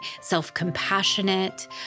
self-compassionate